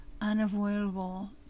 unavoidable